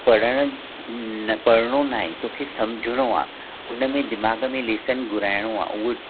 पढ़णु न पढ़णो न आहे तोखे समुझणो आहे हुन में दिमाग़ु में लेसन घुराइणो आहे उहा